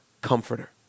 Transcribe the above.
Comforter